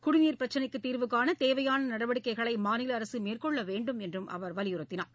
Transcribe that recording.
குடிநீர் பிரச்சினைக்கு தீர்வுகாண தேவையான நடவடிக்கைகளை மாநில அரசு மேற்கொள்ள வேண்டும் என்றும் அவர் வலியுறுத்தினார்